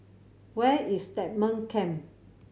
where is Stagmont Camp